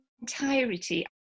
entirety